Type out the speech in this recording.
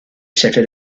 shifted